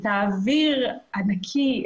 את האוויר הנקי,